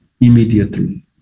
immediately